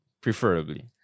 preferably